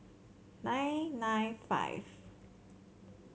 nine nine five